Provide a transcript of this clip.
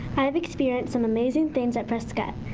i've experienced some amazing things at prescott.